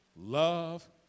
love